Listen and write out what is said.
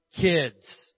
kids